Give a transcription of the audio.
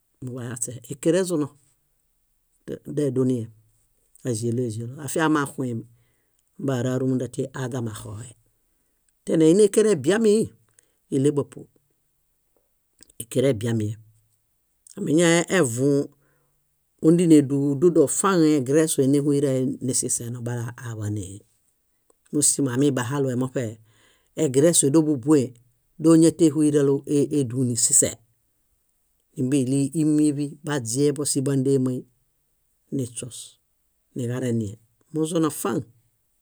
. Muḃayaśe, ékere ezuno. De- deduniem, áĵeloeĵelo, afiamaxuemi ambara húmunda tíi aźamaxoohe. Teneini ékere ebiamiihi, íɭebapuo, ékere ebiamiem. Amiñaevũu, óndineduu dúdoo faŋue egeresue néhuirae nisiseeno balaa aab ḃánee. Músimo amibahalue moṗe egeresue dóbubue dóñatehuilaro éduni sisee. Nímbiliimieḃi baźiebo síbandeemai, niśuos, niġarenie. Muzuno faŋ.